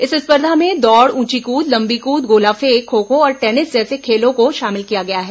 इस स्पर्धा में दौड़ ऊंची कूद लंबी कूद गोला फेंक खो खो और टेनिस जैसे खेलों को शामिल किया गया है